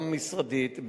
גם משרדית,